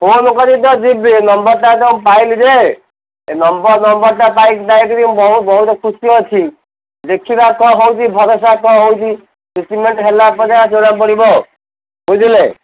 phone କରିକି ତ ଯିବି ନମ୍ବର୍ ଟା ତ ପାଇଲି ଯେ ଏ ନମ୍ବର ନମ୍ବରଟା ପାଇକିରି ମୁଁ ବହୁତ ବହୁତ ଖୁସି ଅଛି ଦେଖିବା କ'ଣ ହେଉଛି ଭରଷା କ'ଣ ହେଉଛି ଟ୍ରିଟମେଣ୍ଟ ହେଲା ପରେ ଜଣାପଡ଼ିବ ବୁଝିଲେ